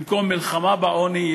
במקום מלחמה בעוני,